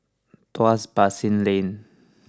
Tuas Basin Lane